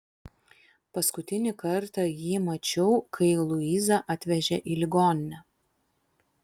paskutinį kartą jį mačiau kai luizą atvežė į ligoninę